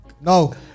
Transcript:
No